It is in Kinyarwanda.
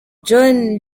john